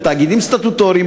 בתאגידים סטטוטוריים,